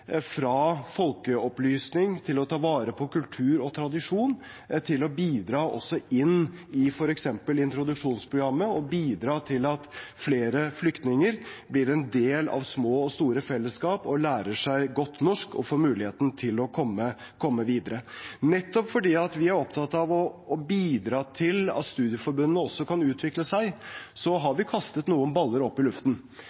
fra folkeopplysning til å ta vare på kultur og tradisjon til å bidra også inn i f.eks. introduksjonsprogrammet og bidra til at flere flyktninger blir en del av små og store fellesskap, lærer seg godt norsk og får muligheten til å komme videre. Nettopp fordi vi er opptatt av å bidra til at studieforbundene også kan utvikle seg, har